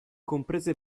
comprese